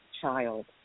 child